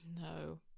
No